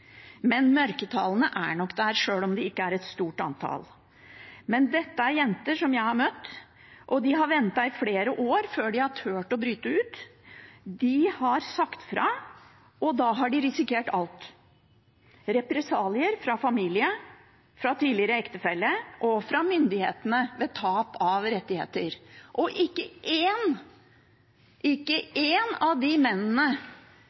Men mørketallene er nok der, sjøl om det ikke er et stort antall. Dette er jenter som jeg har møtt, og de har ventet i flere år før de har turt å bryte ut. De har sagt fra, og da har de risikert alt: represalier fra familie, fra tidligere ektefelle og fra myndighetene, gjennom tap av rettigheter. Og ikke én av de mennene